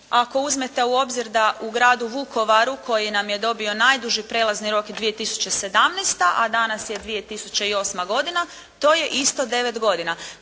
Ako uzmete u obzir da u gradu Vukovaru koji nam je dobio najduži prijelazni rok je 2017. a danas je 2008. godina, to je isto 9 godina.